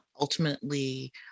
ultimately